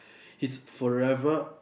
he's forever